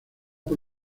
por